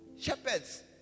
Shepherds